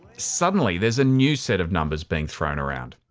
suddenly there's a new set of numbers being thrown around.